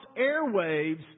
airwaves